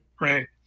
right